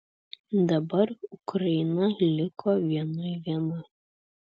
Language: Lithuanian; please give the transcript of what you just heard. dabar ukraina liko vienui viena